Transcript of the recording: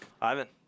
Ivan